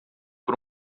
por